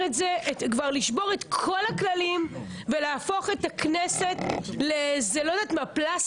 את זה - לשבור את כל הכללים ולהפוך את הכנסת לפלסתר,